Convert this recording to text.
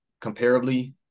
comparably